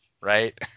right